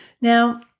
Now